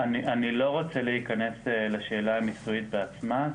אני לא רוצה להיכנס לשאלה המיסויית בעצמה,